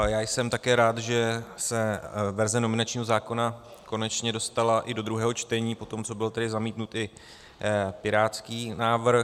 Já jsem také rád, že se verze nominačního zákona konečně dostala i do druhého čtení, po tom, co byl tedy zamítnut i pirátský návrh.